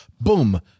boom